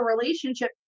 relationship